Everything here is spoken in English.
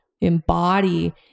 embody